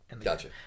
Gotcha